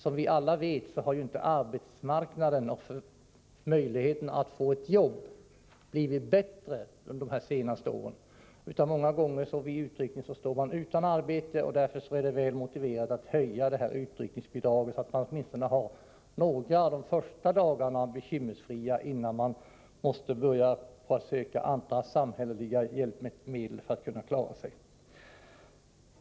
Som vi alla vet har inte arbetsmarknadens möjligheter att erbjuda ett jobb blivit bättre under de senaste åren, utan många gånger står den värnpliktige vid utryckningen utan arbete. Därför är det väl motiverat att höja utryckningsbidraget, så att han åtminstone har några av de första dagarna bekymmersfria innan han måste börja söka samhällelig hjälp för att klara sig.